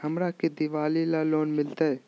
हमरा के दिवाली ला लोन मिलते?